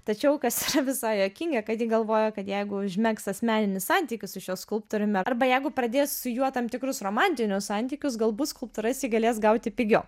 tačiau kas yra visai juokinga kad ji galvojo kad jeigu užmegzt asmeninį santykį su šiuo skulptoriumi arba jeigu pradės su juo tam tikrus romantinius santykius galbūt skulptūras ji galės gauti pigiau